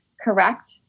correct